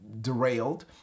derailed